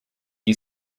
die